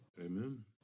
Amen